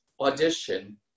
audition